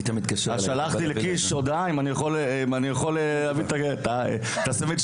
אז שלחתי לקיש הודעה ושאלתי אם אוכל להביא את הסנדוויץ׳